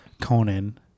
Conan